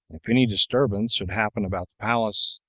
if any disturbance should happen about the palace,